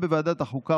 בוועדת החוקה,